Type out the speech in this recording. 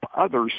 others